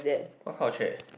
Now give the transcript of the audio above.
what kind of chair